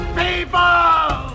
people